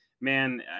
man